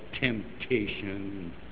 temptation